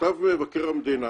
כתב מבקר המדינה